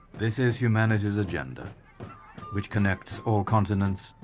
this is humanity's agenda which connects all continents,